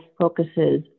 focuses